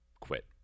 quit